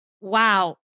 Wow